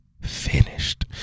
finished